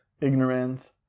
ignorance